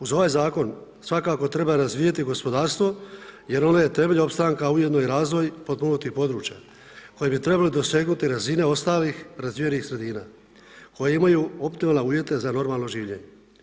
Uz ovaj Zakon svakako treba razvijati gospodarstvo jer ono je temelj opstanka i ujedno razvoj potpomognutih područja koji bi trebali dosegnuti razine ostalih razvijenih sredina koje imaju optimalne uvjete za normalno življenje.